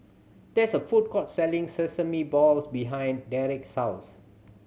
there is a food court selling sesame balls behind Drake's house